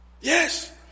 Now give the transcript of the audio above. Yes